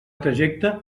trajecte